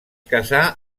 casà